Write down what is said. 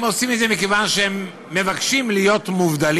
הם עושים את זה מכיוון שהם מבקשים להיות מובדלים,